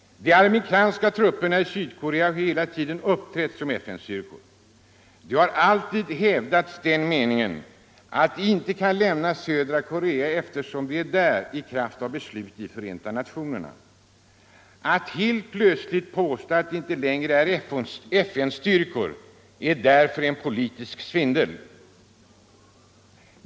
De amerikanska trupperna i Sydkorea har hela tiden uppträtt som FN styrkor. Den meningen har alltid hävdats att de inte kan lämna södra Korea, eftersom de är där i kraft av beslut i Förenta nationerna. Att helt plötsligt påstå att de inte längre är FN-styrkor är därför politisk svindel.